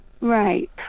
Right